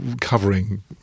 covering